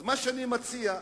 אז מה שאני מציע הוא,